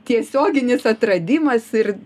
tiesioginis atradimas ir